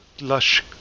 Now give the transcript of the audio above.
Lush